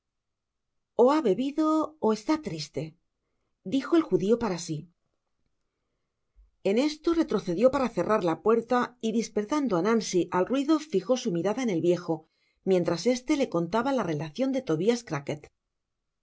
o ha bebido ó está triste dijo el judio para si en esto retrocedió para cerrar la puerta y dispertando nancy al ruido fijo su mirada en el viejo mientras este le contaba la relacion de tobias